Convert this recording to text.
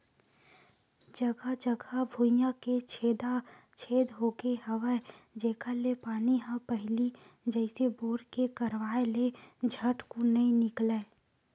जघा जघा भुइयां के छेदा छेद होगे हवय जेखर ले पानी ह पहिली जइसे बोर के करवाय ले झटकुन नइ निकलय